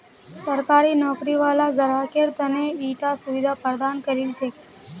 सरकारी नौकरी वाला ग्राहकेर त न ईटा सुविधा प्रदान करील छेक